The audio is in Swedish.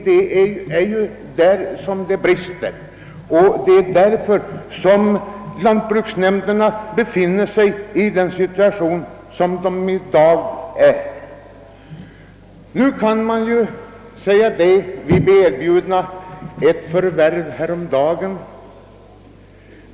Det är ju just medelsbristen som gör att lantbruksnämnderna i dag befinner sig i denna situation. Lantbruksnämnden i mitt hemlän blev häromdagen erbjuden att göra ett förvärv.